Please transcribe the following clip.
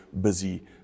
busy